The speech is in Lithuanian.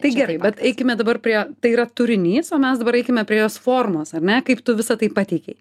tai gerai bet eikime dabar prie tai yra turinys o mes dabar eikime prie jos formos ar ne kaip tu visa tai pateikei